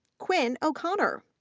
quinn o'connor,